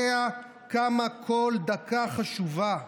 יודע כמה כל דקה חשובה.